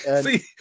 See